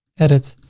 edit,